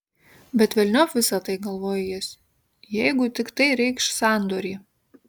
bet velniop visa tai galvojo jis jeigu tik tai reikš sandorį